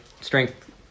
strength